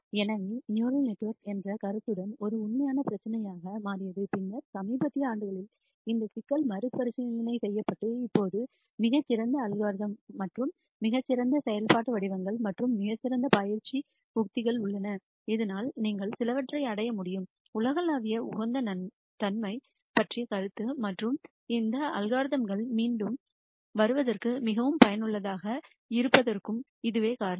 எனவே இது neural networks என்ற கருத்துடன் ஒரு உண்மையான பிரச்சினையாக மாறியது பின்னர் சமீபத்திய ஆண்டுகளில் இந்த சிக்கல் மறுபரிசீலனை செய்யப்பட்டது இப்போது மிகச் சிறந்த அல்காரிதம் மற்றும் மிகச் சிறந்த செயல்பாட்டு வடிவங்கள் மற்றும் மிகச் சிறந்த பயிற்சி உத்திகள் உள்ளன இதனால் நீங்கள் சிலவற்றை அடைய முடியும் உலகளாவிய உகந்த தன்மை பற்றிய கருத்து மற்றும் இந்த அல்காரிதம் கள் மீண்டும் வருவதற்கும் மிகவும் பயனுள்ளதாக இருப்பதற்கும் இதுவே காரணம்